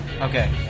Okay